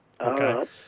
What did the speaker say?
Okay